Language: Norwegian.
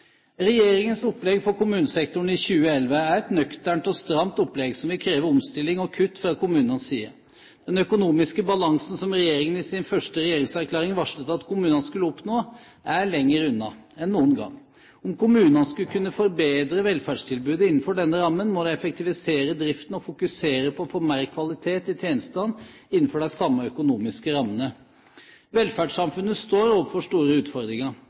Regjeringens opplegg for kommunesektoren i 2011 er et nøkternt og stramt opplegg som vil kreve omstilling og kutt fra kommunenes side. Den økonomiske balansen som Regjeringen i sin første regjeringserklæring varslet at kommunene skulle oppnå, er lenger unna enn noen gang. Om kommunene skal kunne forbedre velferdstilbudet innenfor denne rammen, må de effektivisere driften og fokusere på å få mer kvalitet i tjenestene innenfor de samme økonomiske rammene. Velferdssamfunnet står overfor store utfordringer.